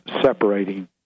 separating